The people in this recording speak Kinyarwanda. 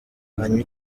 anywa